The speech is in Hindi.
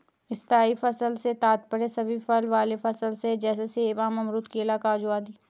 स्थायी फसल से तात्पर्य सभी फल वाले फसल से है जैसे सेब, आम, अमरूद, केला, काजू आदि